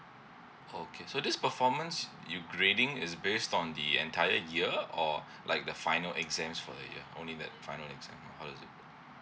oh okay so this performance it'll grading is based on the entire year or like the final exams for the year only that final exam or how does it work